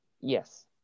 Yes